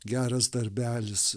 geras darbelis